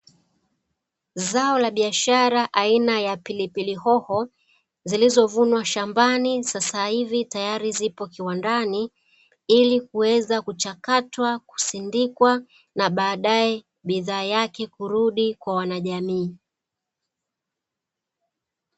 Zao la biashara aina ya pilipili hoho, zilizovunwa shambani sasa hivi, tayari zipo kiwandani, ili kuweza kuchakatwa kusindikwa na baadae bidhaa yake kurudi kwa wanajamii.